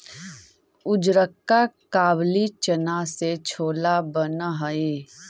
उजरका काबली चना से छोला बन हई